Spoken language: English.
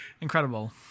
incredible